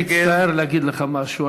אני מצטער להגיד לך משהו,